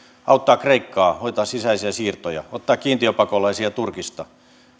auttaa kreikkaa hoitaa sisäisiä siirtoja ottaa kiintiöpakolaisia turkista